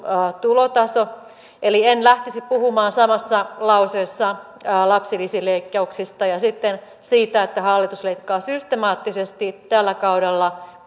tulotaso eli en lähtisi puhumaan samassa lauseessa lapsilisäleikkauksista ja sitten siitä että hallitus leikkaa systemaattisesti tällä kaudella